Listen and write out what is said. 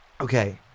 Okay